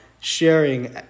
sharing